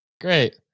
Great